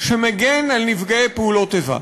שמגן על נפגעי פעולות איבה,